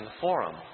forum